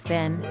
Ben